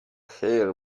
hair